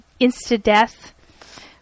insta-death